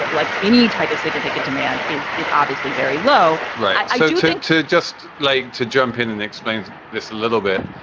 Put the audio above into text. like any type of significant demand is, is obviously very low. right so you tend to just like to jump in and explain this a little bit.